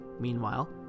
Meanwhile